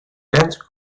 dense